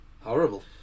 Horrible